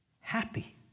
happy